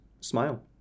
smile